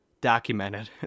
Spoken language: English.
documented